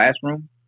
classroom